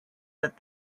that